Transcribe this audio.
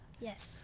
Yes